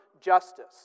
justice